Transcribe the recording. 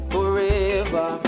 Forever